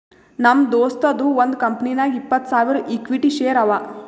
ನಮ್ ದೋಸ್ತದು ಒಂದ್ ಕಂಪನಿನಾಗ್ ಇಪ್ಪತ್ತ್ ಸಾವಿರ ಇಕ್ವಿಟಿ ಶೇರ್ ಅವಾ